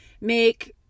make